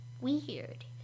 weird